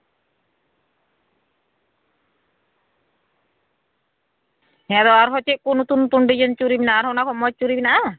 ᱦᱮᱸ ᱟᱫᱚ ᱟᱨᱦᱚᱸ ᱪᱮᱫ ᱠᱚ ᱱᱚᱛᱩᱱ ᱱᱚᱛᱩᱱ ᱰᱤᱡᱟᱭᱤᱱ ᱪᱩᱲᱤ ᱢᱮᱱᱟᱜᱼᱟ ᱟᱨᱦᱚᱸ ᱚᱱᱟ ᱠᱷᱚᱡ ᱢᱚᱡᱽ ᱪᱩᱲᱤ ᱢᱮᱱᱟᱜᱼᱟ